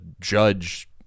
judge